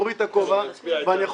ואי אפשר גם לערבב אותו.